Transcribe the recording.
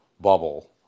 bubble